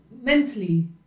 mentally